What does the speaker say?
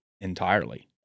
entirely